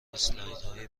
اسلایدهای